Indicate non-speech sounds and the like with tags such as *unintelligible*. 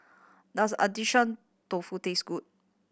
does *unintelligible* Dofu taste good